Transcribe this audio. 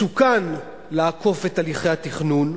מסוכן לעקוף את הליכי התכנון,